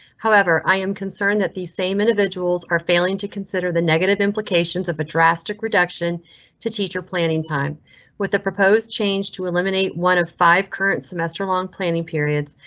however, i am concerned that these same individuals. are failing to consider the negative implications of a drastic reduction to teacher planning time with the proposed change to eliminate one of five current semester long planning periods.